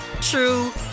true